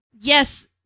yes